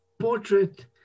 portrait